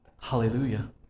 Hallelujah